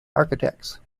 architects